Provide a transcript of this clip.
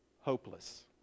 hopeless